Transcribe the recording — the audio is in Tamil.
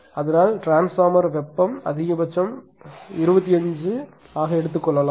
அதனால் ட்ரான்ஸ்பார்மர் வெப்பம் அதிகபட்சம் 25 ஆக எடுத்துக்கொள்ளலாம்